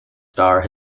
starr